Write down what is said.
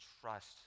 trust